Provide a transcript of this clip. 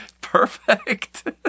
perfect